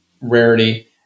rarity